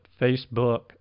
Facebook